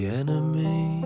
enemy